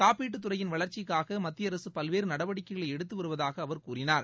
காப்பீட்டு துறையின் வளர்ச்சிக்காக மத்திய அரசு பல்வேறு நடவடிக்கைகளை எடுத்து வருவதாக அவர் கூறினார்